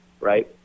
right